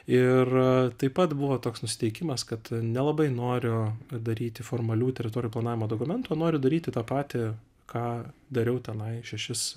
ir taip pat buvo toks nusiteikimas kad nelabai noriu daryti formalių teritorijų planavimo dokumentų o noriu daryti tą patį ką dariau tenai šešis